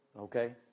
okay